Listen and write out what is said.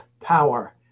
power